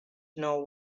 know